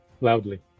Loudly